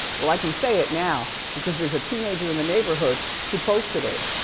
well, i can say it now, because there's a teenager in the neighborhood who posted it.